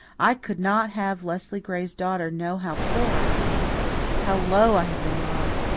i could not have leslie gray's daughter know how poor i am how low i have been brought.